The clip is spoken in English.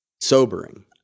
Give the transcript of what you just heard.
sobering